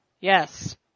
yes